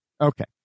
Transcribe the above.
Okay